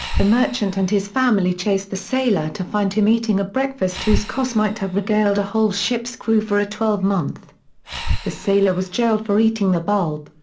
the merchant and his family chased the sailor to find him eating a breakfast whose cost might have regaled a whole ship's crew for a twelvemonth. the sailor was jailed for eating the bulb.